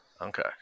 Okay